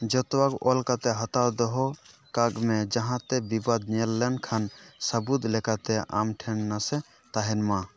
ᱡᱚᱛᱚᱣᱟᱜᱽ ᱚᱞ ᱠᱟᱛᱮᱫ ᱦᱟᱛᱟᱣ ᱫᱚᱦᱚ ᱠᱟᱜᱽ ᱢᱮ ᱡᱟᱦᱟᱸ ᱛᱮ ᱵᱤᱵᱟᱹᱫ ᱧᱮᱞ ᱞᱮᱱᱠᱷᱟᱱ ᱥᱟᱹᱵᱩᱫᱽ ᱞᱮᱠᱟᱛᱮ ᱟᱢᱴᱷᱮᱱ ᱱᱟᱥᱮ ᱛᱟᱦᱮᱱᱢᱟ